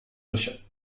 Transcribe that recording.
coś